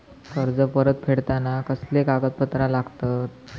कर्ज परत फेडताना कसले कागदपत्र लागतत?